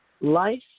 Life